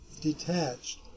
detached